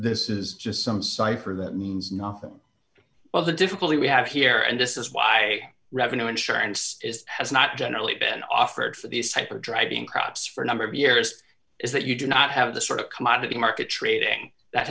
this is just some cipher that means nothing well the difficulty we have here and this is why revenue insurance is has not generally been offered for these type of driving crops for a number of years is that you do not have the sort of commodity market trading that